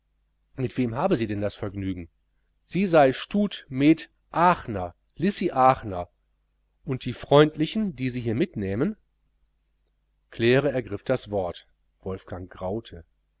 mit wem habe sie das vergnügen sie sei stud med aachner lissy aachner und die freundlichen die sie hier mitnähmen claire ergriff das wort wolfgang graute